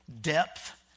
Depth